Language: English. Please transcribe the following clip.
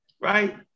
right